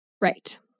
Right